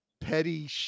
petty